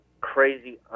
crazy